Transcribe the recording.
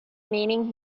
meaning